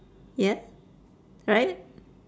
ya right